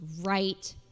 right